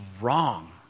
wrong